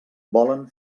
volen